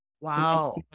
Wow